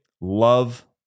love